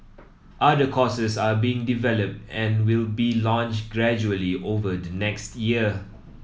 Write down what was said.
other courses are being developed and will be launched gradually over the next year